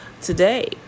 today